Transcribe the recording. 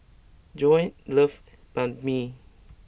Joanie loves Banh Mi